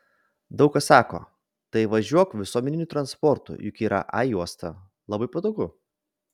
daug kas sako tai važiuok visuomeniniu transportu juk yra a juosta labai patogu